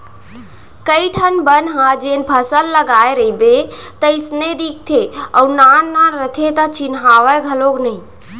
कइ ठन बन ह जेन फसल लगाय रइबे तइसने दिखते अउ नान नान रथे त चिन्हावय घलौ नइ